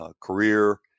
Career